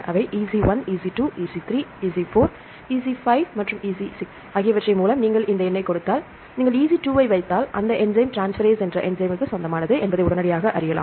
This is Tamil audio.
எனவே EC 1 EC 2 EC 3 EC 4 EC 5 EC 6 ஆகியவற்றை மூலம் நீங்கள் இந்த எண்ணைக் கொடுத்தால் நீங்கள் EC 2 ஐ வைத்தால் அந்த என்சைம் டிரான்ஸ்பரேஸ் என்ற என்சைம் ற்கு சொந்தமானது என்பதை உடனடியாக அறியலாம்